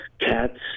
Cats